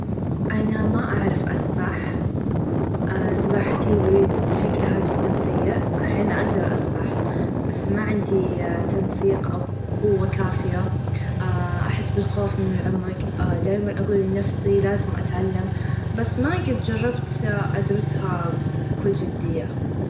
أنا ما أعرف أسبح سباحتي شكلها چدا سئ أحيانا أقدر أسبح بس ما عندي تنسيق أو قوه كافيه اااه أحس بالخوف من العمق دايما أقول لنفسي لازم أتعلم بس ما قد جربت أدرسها بكل چديه.